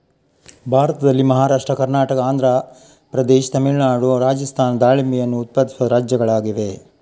ಭಾರತದಲ್ಲಿ ಮಹಾರಾಷ್ಟ್ರ, ಕರ್ನಾಟಕ, ಆಂಧ್ರ ಪ್ರದೇಶ, ತಮಿಳುನಾಡು, ರಾಜಸ್ಥಾನಗಳು ದಾಳಿಂಬೆಯನ್ನು ಉತ್ಪಾದಿಸುವ ರಾಜ್ಯಗಳಾಗಿವೆ